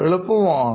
എളുപ്പമാണ്